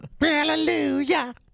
Hallelujah